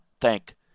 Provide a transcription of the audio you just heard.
thank